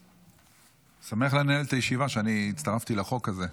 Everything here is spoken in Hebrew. אני שמח לנהל את הישיבה, אני הצטרפתי לחוק הזה.